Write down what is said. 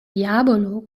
diablo